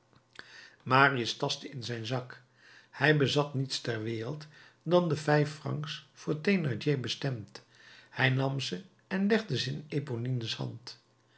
marius tastte in zijn zak hij bezat niets ter wereld dan de vijf francs voor thénardier bestemd hij nam ze en legde ze in eponines hand